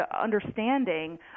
understanding